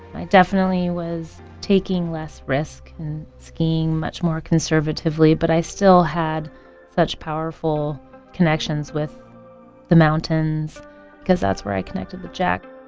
i definitely was taking less risk and skiing much more conservatively. but i still had such powerful connections with the mountains because that's where i connected with jack